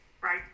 Right